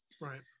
Right